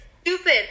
stupid